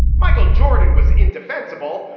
michael jordan was indefensible,